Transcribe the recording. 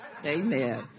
Amen